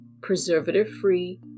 preservative-free